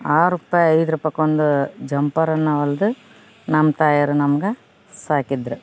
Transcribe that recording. ಆರು ರೂಪಾಯಿ ಐದ್ರುಪಯ್ಕೊಂದು ಜಂಪರ್ನ್ನ ಹೊಲ್ದು ನಮ್ಮ ತಾಯವರು ನಮ್ಗೆ ಸಾಕಿದ್ರು